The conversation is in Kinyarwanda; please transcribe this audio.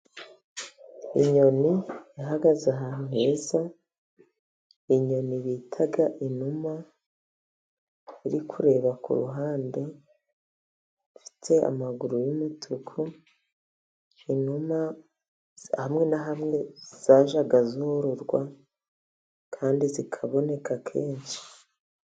Inyoni ihagaze ahantu heza. Inyoni bita inuma iri kureba ku ruhande. Ifite amaguru y'umutuku. Inuma hamwe na hamwe zajya zororwa, kandi zikaboneka kenshi.